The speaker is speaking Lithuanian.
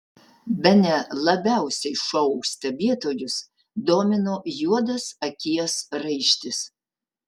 bene labiausiai šou stebėtojus domino juodas akies raištis